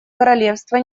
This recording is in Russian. королевства